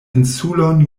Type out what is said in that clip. insulon